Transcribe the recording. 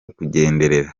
kugendera